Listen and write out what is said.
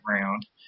round